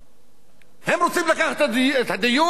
הם רוצים לקחת את הדיון לאירן,